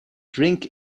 drink